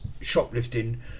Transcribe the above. shoplifting